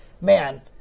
man